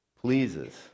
pleases